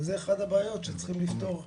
אבל זו אחת ה בעיות שצריך לפתור,